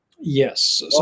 Yes